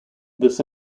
this